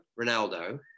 Ronaldo